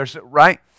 right